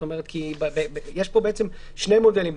יש כאן בעצם שני מודלים.